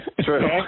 True